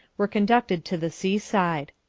were conducted to the sea-side.